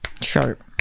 sharp